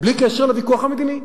בלי קשר לוויכוח המדיני.